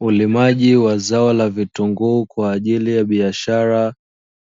Ulimaji wa zao la vitunguu kwa ajili ya biashara,